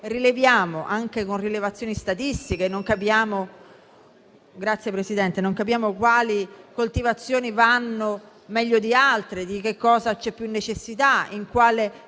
rileviamo anche attraverso statistiche, non capiamo quali coltivazioni vanno meglio di altre, di cosa c'è più necessità e in quale